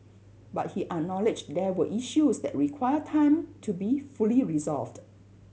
but he acknowledged there were issues that require time to be fully resolved